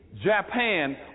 Japan